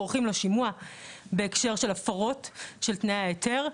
עורכים לו שימוע בהקשר של הפרות של תנאי ההיתר ,